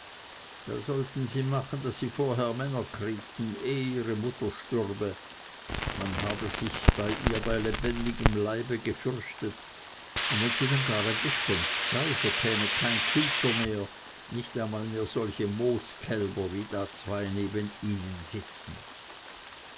da sollen sie machen daß sie vorher männer kriegten ehe ihre mutter stürbe man habe sich vor ihr bei lebendigem leibe gefürchtet und wenn sie dann gar ein gspenst sei so käme kein kilter mehr nicht einmal solche mooskälber wie da zwei neben ihnen sitzen